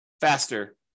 faster